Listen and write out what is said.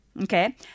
Okay